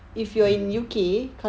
mm